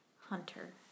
Hunter